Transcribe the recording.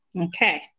Okay